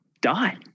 die